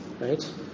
Right